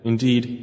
Indeed